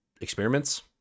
experiments